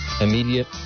immediate